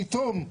פתאום,